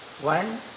One